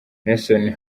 nelson